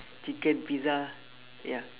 chicken pizza ya